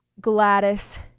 gladys